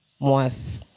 Moas